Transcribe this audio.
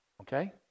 Okay